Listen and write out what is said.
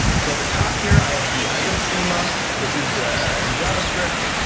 so at the top here i have the item schema. this is in javascript.